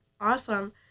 Awesome